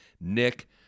Nick